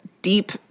deep